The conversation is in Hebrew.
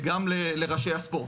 וגם לראשי הספורט.